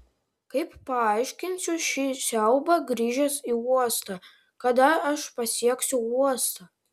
kaip paaiškinsiu šį siaubą grįžęs į uostą kada aš pasieksiu uostą